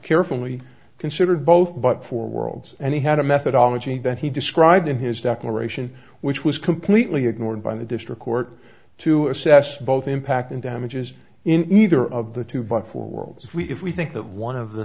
carefully considered both but for worlds and he had a methodology that he described in his declaration which was completely ignored by the district court to assess both impact and damages in either of the two but for world if we if we think that one of the